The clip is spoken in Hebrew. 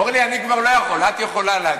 אורלי, אני כבר לא יכול, את יכולה להגיד.